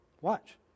Watch